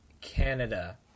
Canada